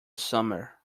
summer